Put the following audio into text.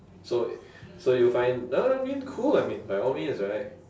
so so you find no I mean cool I mean by all means right